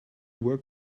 work